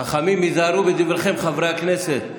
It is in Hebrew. חכמים, היזהרו בדבריכם, חברי הכנסת.